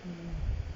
mm mm